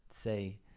say